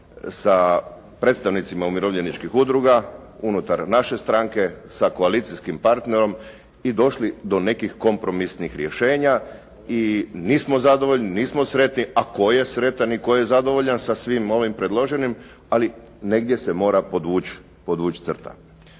sa predstavnicima umirovljeničkih udruga unutar naše stranke sa koalicijskim partnerom i došli do nekih kompromisnih rješenja i nismo zadovoljni, nismo sretni, a tko je sretan i tko je zadovoljan sa svim ovim predloženim, ali negdje se mora podvući crta.